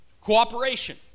Cooperation